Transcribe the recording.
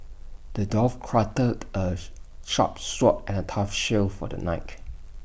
the dwarf crafted A sharp sword and A tough shield for the knight